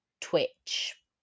twitch